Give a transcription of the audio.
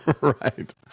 Right